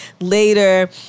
later